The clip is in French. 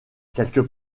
quelques